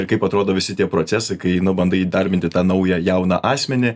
ir kaip atrodo visi tie procesai kai bandai įdarbinti tą naują jauną asmenį